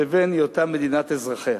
לבין היותה מדינת אזרחיה.